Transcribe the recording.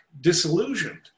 disillusioned